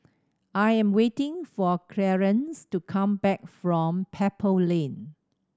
I am waiting for Clarence to come back from Pebble Lane